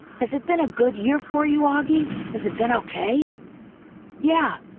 has it been a good year for you, auggie? has it been okay yeah,